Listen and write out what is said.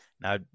Now